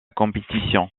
compétition